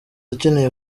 akenewe